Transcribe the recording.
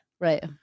Right